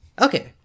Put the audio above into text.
okay